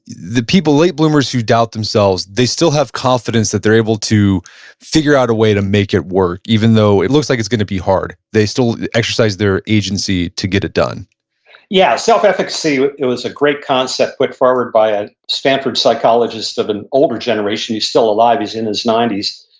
the people, late bloomers, who doubt themselves, they still have confidence that they're able to figure out a way to make it work. even though it looks like it's going to be hard, they still exercise their agency to get it done yeah. self-efficacy, it was a great concept put forward by a stanford psychologist of an older generation. he's still alive. he's in his nineties,